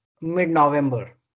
mid-November